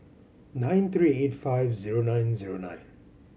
nine three eight five zero nine zero nine